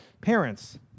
parents